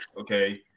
okay